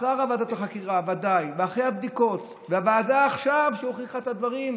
אחרי ועדת החקירה ואחרי הבדיקות ואחרי הוועדה עכשיו שהוכיחה את הדברים,